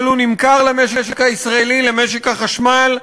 אבל הוא נמכר למשק הישראלי, למשק החשמל,